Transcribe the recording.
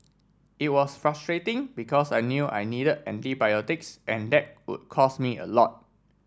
it was frustrating because I knew I needed antibiotics and that would cost me a lot